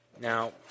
Now